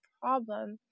problem